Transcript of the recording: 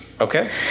Okay